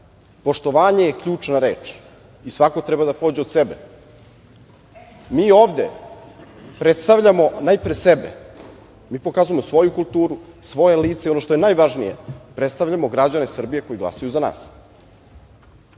Poštovanje je ključna reč i svako treba da pođe od sebe. Mi ovde predstavljamo najpre sebe. Mi pokazujemo svoju kulturu, svoje lice i ono što je najvažnije predstavljamo građane Srbije koji glasaju za nas.